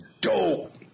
dope